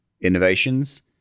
innovations